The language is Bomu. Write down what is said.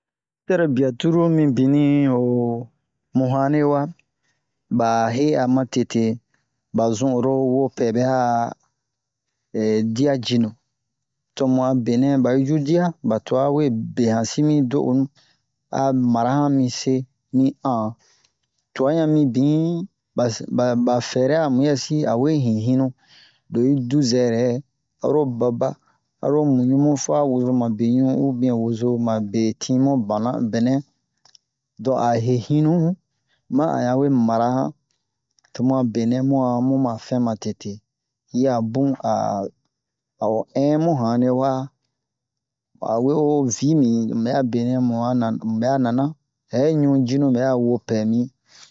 sɛrobia cruru mi bini ho mu hane wa ba he'a ma tete ba zun oro wopɛ bɛ'a dia jinu to mu a benɛ ba'i ju dia ba tu'a we be han si mi do'onu a mara han mi se mi an tu'a yan mibini ba ba fɛrɛ a mu yɛsi a we yin yinu lo'i du zɛrɛ aro baba aro muɲu mu fa wozoma beɲu ubiɛn wozoma betin mu bana bɛnɛ don a he yinu ma a yan we mara han tomu a benɛ mu'a mu ma fɛn ma tete yi'a bun a a'o in mu hane wa a we o vi mi mu bɛ'a benɛ mu'a na mu bɛ'a nana hɛ ɲu jinu bɛ'a wopɛ mi